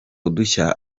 udushya